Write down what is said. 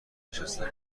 نشستم